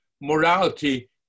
Morality